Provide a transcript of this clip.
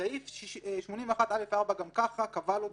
סעיף 81א4 גם ככה כבל אותי,